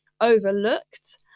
overlooked